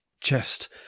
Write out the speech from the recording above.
chest